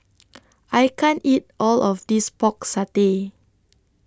I can't eat All of This Pork Satay